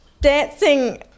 dancing